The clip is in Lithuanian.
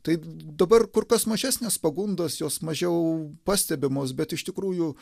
tai dabar kur kas mažesnės pagundos jos mažiau pastebimos bet iš tikrųjų